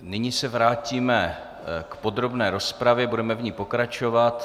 Nyní se vrátíme k podrobné rozpravě, budeme v ní pokračovat.